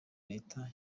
leta